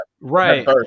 Right